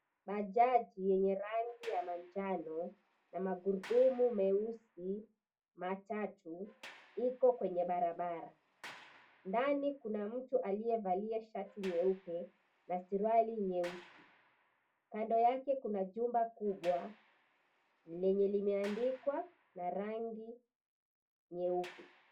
Bajaji yenye rangi ya manjano na magurudumu meusi matatu iko kwenye barabara, Ndani kuna mtu aliyevalia shati nyeupe na suruali nyeusi, kando yake kuna jumba kubwa lenye limeandikwa na rangi nyeupe.